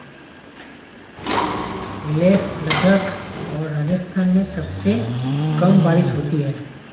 लेह लद्दाख और राजस्थान में सबसे कम बारिश होती है